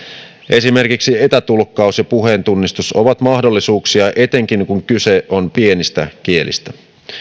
esimerkiksi etätulkkaus ja puheentunnistus ovat mahdollisuuksia etenkin kun kyse on pienistä kielistä